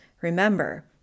Remember